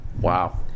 wow